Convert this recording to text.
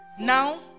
Now